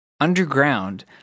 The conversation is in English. underground